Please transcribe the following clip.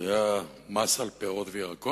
היה מס על פירות וירקות?